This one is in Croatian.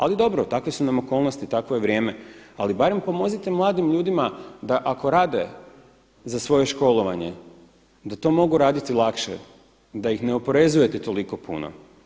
Ali dobro, takve su nam okolnosti, takvo je vrijeme, ali barem pomozite mladim ljudima da ako rade za svoje školovanje da to mogu raditi lakše, da ih ne oporezujete toliko puno.